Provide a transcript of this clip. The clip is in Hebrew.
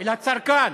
אל הצרכן.